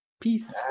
peace